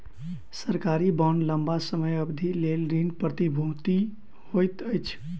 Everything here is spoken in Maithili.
सरकारी बांड लम्बा समय अवधिक लेल ऋण प्रतिभूति होइत अछि